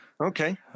Okay